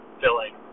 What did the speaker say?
filling